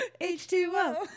H2O